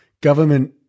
government